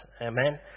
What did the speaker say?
Amen